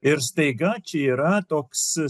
ir staiga čia yra toks